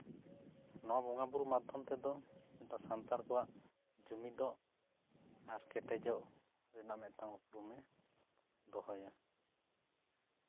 ᱱᱚᱣᱟ ᱵᱚᱸᱜᱟᱼᱵᱩᱨᱩ ᱢᱟᱫᱽᱫᱷᱚᱢ ᱛᱮᱦᱚᱸ ᱥᱟᱱᱛᱟᱲ ᱠᱚᱣᱟᱜ ᱡᱩᱢᱤᱫᱚᱜ ᱟᱨ ᱠᱮᱴᱮᱡᱚᱜ ᱨᱮᱱᱟᱜ ᱢᱤᱫᱴᱟᱱ ᱩᱯᱨᱩᱢᱮ ᱫᱚᱦᱚᱭᱟ